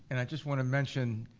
and i just wanna mention,